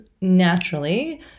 naturally